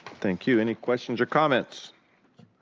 thank you. any questions or comments?